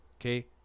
Okay